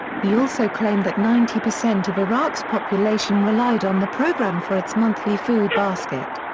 he also claimed that ninety percent of iraq's population relied on the programme for its monthly food basket.